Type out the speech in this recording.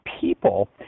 people